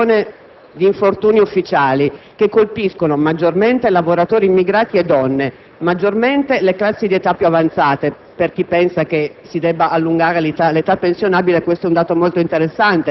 1.300 morti, più di un milione di infortuni ufficiali che colpiscono maggiormente lavoratori immigrati e donne, maggiormente le classi d'età più avanzate: